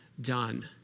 done